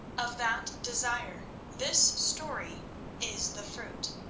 of that desire this story is the fruit.